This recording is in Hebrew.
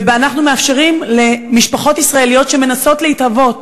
ואנחנו מאפשרים למשפחות ישראליות שמנסות להתהוות,